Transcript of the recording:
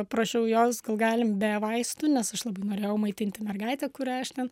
prašiau jos gal galim be vaistų nes aš labai norėjau maitinti mergaitę kurią aš ten